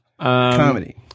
comedy